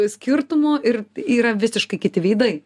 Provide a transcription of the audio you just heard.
skirtumu ir yra visiškai kiti veidai